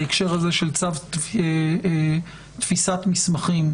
בהקשר הזה של צו תפיסת מסמכים,